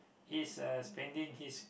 is uh spending his